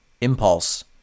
impulse